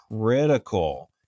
critical